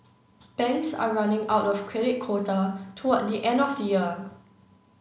banks are running out of credit quota toward the end of the year